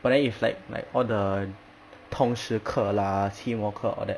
but then if like like all the 通识课啦期末课 all that